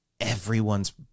everyone's